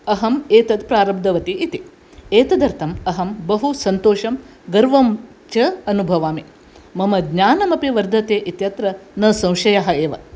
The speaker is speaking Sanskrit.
अहम् एतद् प्रारब्धवती इति एतदर्थम् अहं बहु सन्तोषं गर्वं च अनुभवामि मम ज्ञानमपि वर्धते इत्यत्र न संशयः एव